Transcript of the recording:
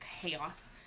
chaos